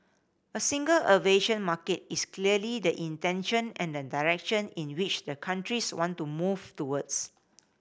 a single aviation market is clearly the intention and the direction in which the countries want to move towards